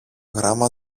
γράμμα